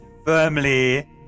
firmly